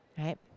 right